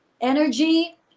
energy